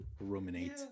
ruminate